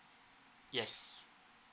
yes